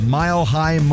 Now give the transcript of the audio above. mile-high